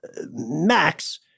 Max